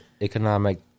economic